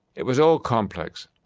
it was all complex,